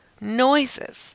noises